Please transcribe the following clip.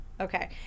Okay